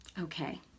Okay